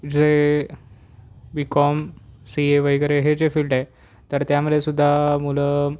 जे B com C A वगैरे हे जे फील्ड आहे तर त्यामध्येसुद्धा मुलं